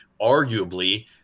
arguably